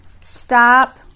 stop